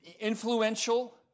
influential